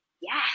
yes